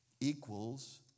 Equals